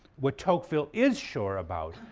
what tocqueville is sure about,